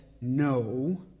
no